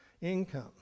income